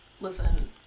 Listen